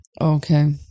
Okay